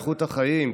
איכות החיים,